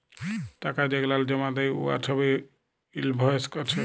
টাকা যেগলাল জমা দ্যায় উয়ার ছবই ইলভয়েস আছে